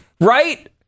right